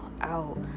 out